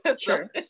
Sure